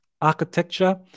architecture